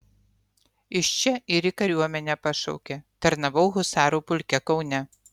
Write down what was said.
iš čia ir į kariuomenę pašaukė tarnavau husarų pulke kaune